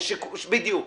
בדיוק.